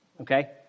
Okay